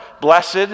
blessed